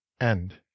end